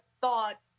thought